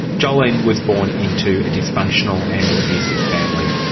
jolene was born into a dysfunctional and abusive family.